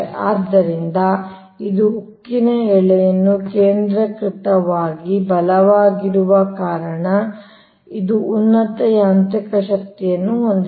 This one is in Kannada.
ಆದ್ದರಿಂದ ಇದು ಉಕ್ಕಿನ ಎಳೆಯನ್ನು ಕೇಂದ್ರವಾಗಿ ಬಲವಾಗಿರುವ ಕಾರಣ ಇದು ಉನ್ನತ ಯಾಂತ್ರಿಕ ಶಕ್ತಿಯನ್ನು ಹೊಂದಿದೆ